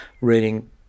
reading